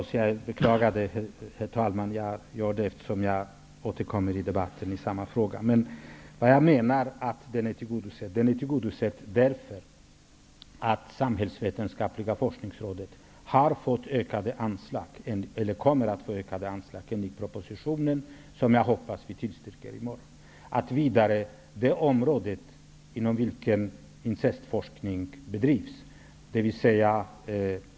Herr talman! Jag beklagar att jag återkommer i samma fråga i debatten. Jag menar att motionen är tillgodosedd därför att Socialvetenskapliga forskningsrådet kommer att få ökade anslag tack vare den proposition som förhoppningsvis vinner bifall i morgon.